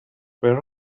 where